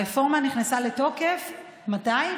הרפורמה נכנסה לתוקף, מתי?